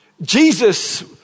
Jesus